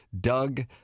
Doug